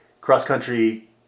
cross-country